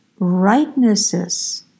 rightnesses